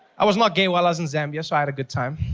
i was not gay while i was in zambia, so i had a good time.